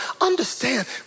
understand